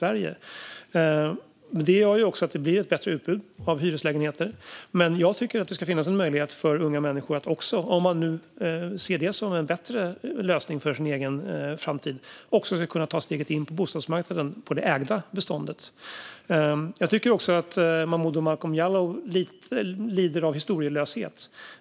Det gör också att det blir ett bättre utbud av hyreslägenheter, men jag tycker att det ska finnas en möjlighet för unga människor att också, om de nu ser det som en bättre lösning för sin egen framtid, ta steget in på den del av bostadsmarknaden där det ägda beståndet finns. Jag tycker också att Momodou Malcolm Jallow lider lite av historielöshet.